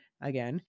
again